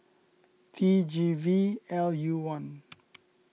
T G V L U one